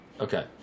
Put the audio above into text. Okay